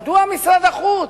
משרד החוץ,